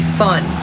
fun